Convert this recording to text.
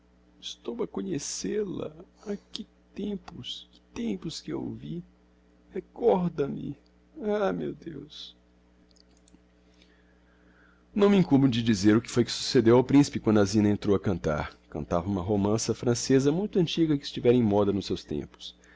estou a conhecêl a ha que tempos que tempos que a ouvi recorda me ah meu deus não me incumbo de dizer o que foi que succedeu ao principe quando a zina entrou a cantar cantava uma romança francêsa muito antiga e que estivera em moda nos seus tempos